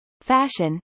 fashion